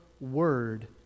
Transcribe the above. word